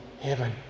heaven